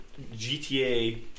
GTA